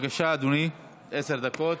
בבקשה, אדוני, עשר דקות.